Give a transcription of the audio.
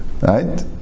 right